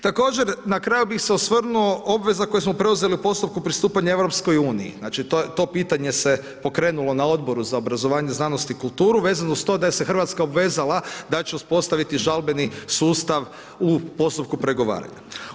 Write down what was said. Također na kraju bih se osvrnuo obveza koju smo preuzeli u postupku pristupanja EU, to se pitanje pokrenulo na Odboru za obrazovanje, znanost i kulturu, vezano uz to da se Hrvatska obvezala da će uspostaviti žalbeni sustav u postupku pregovaranja.